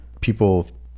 people